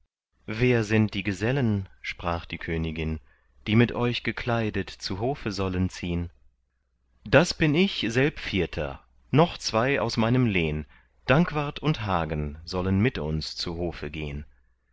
wer sind die gesellen sprach die königin die mit euch gekleidet zu hofe sollen ziehn das bin ich selbvierter noch zwei aus meinem lehn dankwart und hagen sollen mit uns zu hofe gehn